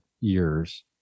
years